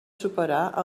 superar